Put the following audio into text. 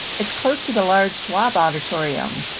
it's close to the large schwab auditorium.